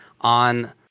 on